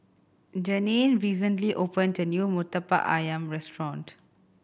Jeannine recently opened the new Murtabak Ayam restaurant